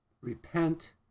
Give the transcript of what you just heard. repent